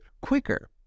quicker